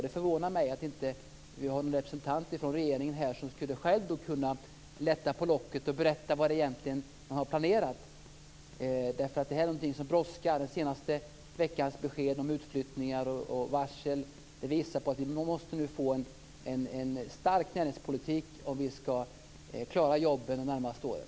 Det förvånar mig att inte någon representant från regeringen är här som kunde lätta på locket och berätta vad man egentligen har planerat. Detta är någonting som brådskar. Den senaste veckans besked om utflyttningar och varsel visar att det behövs en stark näringspolitik om vi skall klara jobben under de närmaste åren.